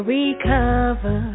recover